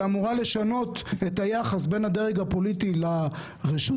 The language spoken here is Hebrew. שאמורה לשנות את היחס בין הדרג הפוליטי לרשות